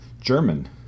German